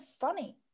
funny